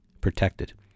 protected